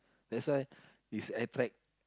that's why it's attract